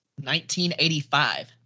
1985